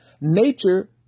nature